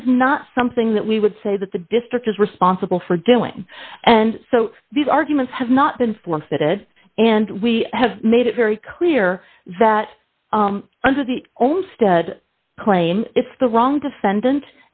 that is not something that we would say that the district is responsible for doing and so these arguments have not been forfeited and we have made it very clear that under the own claim it's the wrong defendant